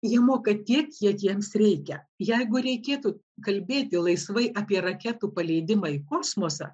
jie moka tiek kiek jiems reikia jeigu reikėtų kalbėti laisvai apie raketų paleidimą į kosmosą